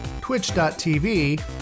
twitch.tv